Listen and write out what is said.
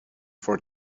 for